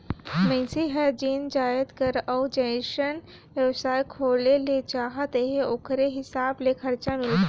मइनसे हर जेन जाएत कर अउ जइसन बेवसाय खोले ले चाहत अहे ओकरे हिसाब ले खरचा मिलथे